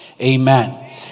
Amen